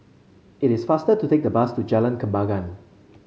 it is faster to take the bus to Jalan Kembangan